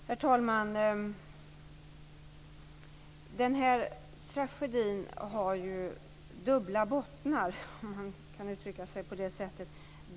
Herr talman! Den här tragedin har dubbla bottnar, om man kan uttrycka sig på det sättet.